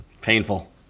Painful